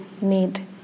need